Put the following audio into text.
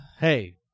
Hey